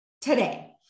today